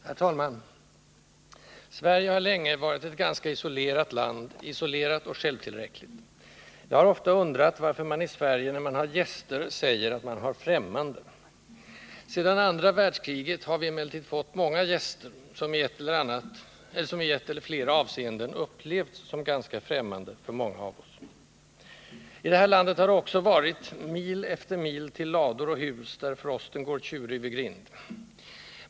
Herr talman! Sverige har länge varit ett ganska isolerat land — isolerat och självtillräckligt. Jag har ofta undrat varför man i Sverige, när man har gäster, säger att man har ”främmande”. Sedan andra världskriget har vi emellertid fått många gäster, som i ett eller flera avseenden upplevts som ganska främmande för många av oss I det här landet har det också varit ”mil efter mil till lador och hus, där frosten går tjurig vid grind”.